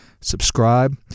Subscribe